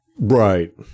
Right